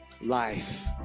Life